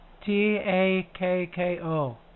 T-A-K-K-O